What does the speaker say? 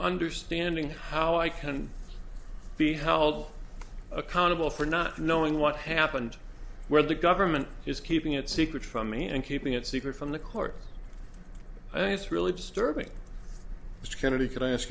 understanding how i can be held accountable for not knowing what happened where the government is keeping it secret from me and keeping it secret from the court it's really disturbing mr kennedy could i ask